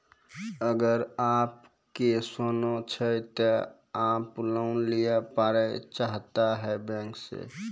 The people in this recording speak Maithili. अगर आप के सोना छै ते आप लोन लिए पारे चाहते हैं बैंक से?